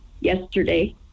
yesterday